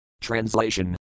Translation